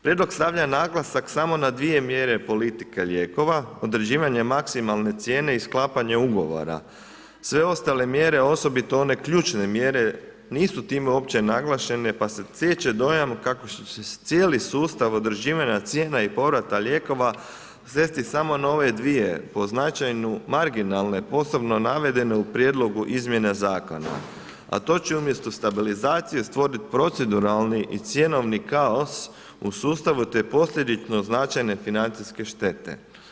Prijedlog stavlja naglasak samo na dvije mjere politike lijekova: određivanje maksimalne cijene i sklapanje ugovora, sve ostale mjere, osobito one ključne mjere, nisu tim uopće naglašene pa se stječe dojam kako će cijeli sustav određivanja cijena i povrata lijekova svesti samo na ove dvije, po značajnu marginalne, posebno navedene u prijedlogu izmjena zakona, a to će umjesto stabilizacije stvorit proceduralni i cjenovni kaos u sustavu te posljedično značajne financijske štete.